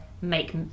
make